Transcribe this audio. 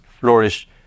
flourish